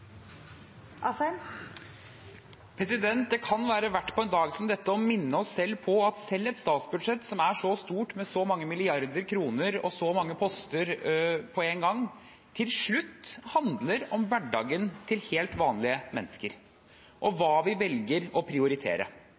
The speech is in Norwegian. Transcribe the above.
Det kan være verdt på en dag som denne å minne oss selv om at selv et statsbudsjett som er så stort, med så mange milliarder kroner og så mange poster på én gang, til slutt handler om hverdagen til helt vanlige mennesker og hva vi velger å prioritere.